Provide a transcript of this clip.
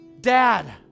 Dad